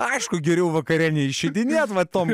aišku geriau vakare neišeidinėt vat tom